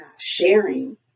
sharing